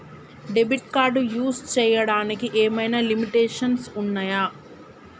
Debit card use చేయడానికి ఏమైనా limitations ఉన్నాయా?